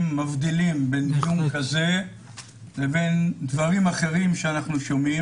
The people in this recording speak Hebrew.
מבדילים בין אבחון כזה לבין דברים אחרים שאנחנו שומעים